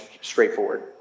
straightforward